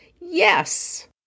Yes